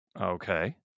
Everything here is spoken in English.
Okay